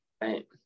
right